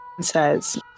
says